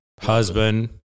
husband